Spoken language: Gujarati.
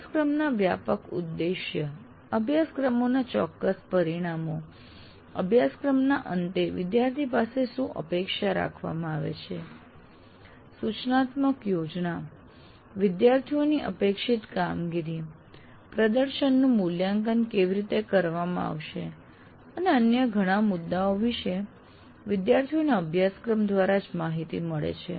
અભ્યાસક્રમના વ્યાપક ઉદ્દેશ્ય અભ્યાસક્રમોના ચોક્કસ પરિણામો અભ્યાસક્રમના અંતે વિદ્યાર્થી પાસે શું અપેક્ષા રાખવામાં આવે છે સૂચનાત્મક યોજના વિદ્યાર્થીઓની અપેક્ષિત કામગીરી પ્રદર્શનનું મૂલ્યાંકન કેવી રીતે કરવામાં આવશે અને અન્ય ઘણા મુદ્દાઓ વિશે વિદ્યાર્થીઓને અભ્યાસક્રમ દ્વારા જ માહિતી મળે છે